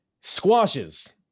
squashes